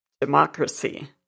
democracy